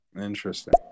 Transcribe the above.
Interesting